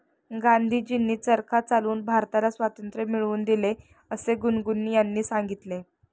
गांधीजींनी चरखा चालवून भारताला स्वातंत्र्य मिळवून दिले असे गुनगुन यांनी सांगितले